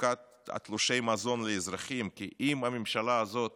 בחלוקת תלושי מזון לאזרחים, כי אם הממשלה הזאת